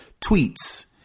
tweets